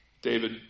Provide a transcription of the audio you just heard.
David